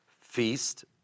feast